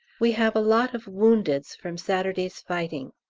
we have a lot of woundeds from saturday's fighting.